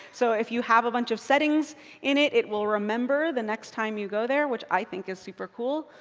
so if you have a bunch of settings in it, it will remember the next time you go there. which i think is super cool.